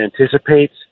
anticipates